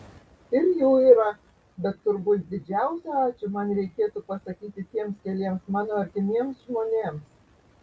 ir jų yra bet turbūt didžiausią ačiū man reikėtų pasakyti tiems keliems mano artimiems žmonėms